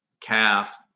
calf